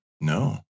no